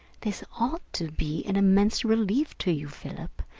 this ought to be an immense relief to you, philip.